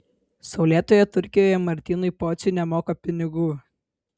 saulėtoje turkijoje martynui pociui nemoka pinigų